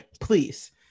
please